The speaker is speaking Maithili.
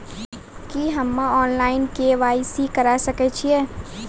की हम्मे ऑनलाइन, के.वाई.सी करा सकैत छी?